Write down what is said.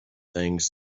things